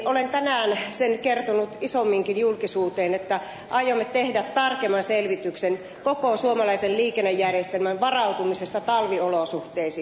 olen tänään sen kertonut isomminkin julkisuuteen että aiomme tehdä tarkemman selvityksen koko suomalaisen liikennejärjestelmän varautumisesta talviolosuhteisiin